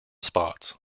spots